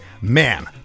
man